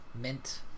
mint